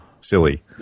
silly